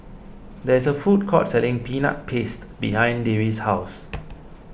there is a food court selling Peanut Paste behind Dewey's house